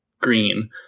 green